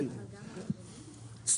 יש